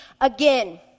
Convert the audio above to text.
again